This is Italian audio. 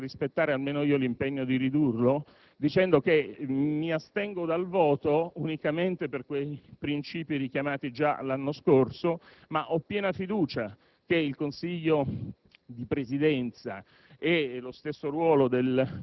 contrario. Concludo il mio intervento - perché vorrei rispettare almeno io l'impegno di ridurlo - annunciando che mi asterrò dal voto unicamente per quei princìpi richiamati già l'anno scorso, ma ho piena fiducia che il Consiglio